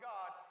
God